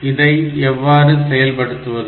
இதை எப்படி செயல்படுத்துவது